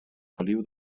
feliu